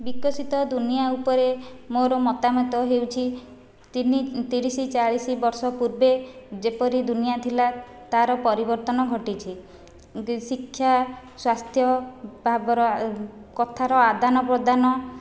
ବିକଶିତ ଦୁନିଆ ଉପରେ ମୋର ମତାମତ ହେଉଛି ତିନି ତିରିଶ ଚାଳିଶ ବର୍ଷ ପୂର୍ବେ ଯେପରି ଦୁନିଆ ଥିଲା ତା'ର ପରିବର୍ତ୍ତନ ଘଟିଛି ଶିକ୍ଷା ସ୍ଵାସ୍ଥ୍ୟ ଭାବର କଥାର ଆଦାନ ପ୍ରଦାନ